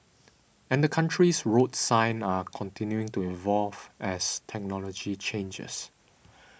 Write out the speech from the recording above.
and the country's road signs are continuing to evolve as technology changes